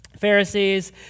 Pharisees